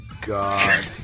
god